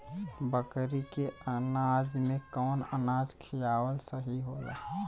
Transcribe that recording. बकरी के अनाज में कवन अनाज खियावल सही होला?